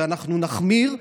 אנחנו נחמיר,